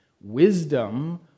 Wisdom